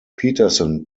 peterson